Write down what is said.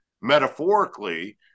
metaphorically